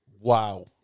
Wow